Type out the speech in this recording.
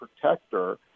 protector